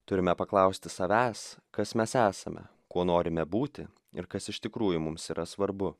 turime paklausti savęs kas mes esame kuo norime būti ir kas iš tikrųjų mums yra svarbu